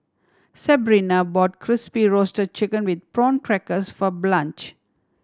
Sebrina brought Crispy Roasted Chicken with Prawn Crackers for Blanch